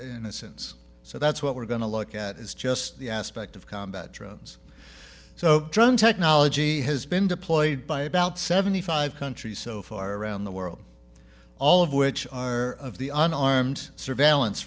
innocence so that's what we're going to look at is just the aspect of combat drones so technology has been deployed by about seventy five countries so far around the world all of which are of the unarmed surveillance